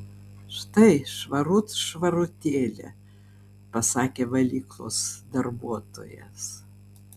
štai švarut švarutėlė pasakė valyklos darbuotojas